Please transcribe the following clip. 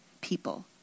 people